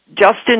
Justin